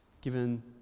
given